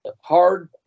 Hard